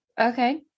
okay